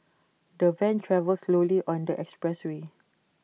the van travelled slowly on the expressway